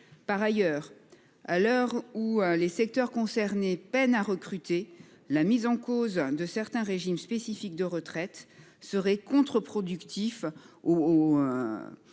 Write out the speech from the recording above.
Par ailleurs, à l'heure où les secteurs concernés peinent à recruter, la mise en cause de certains régimes spécifiques de retraite est contre-productive.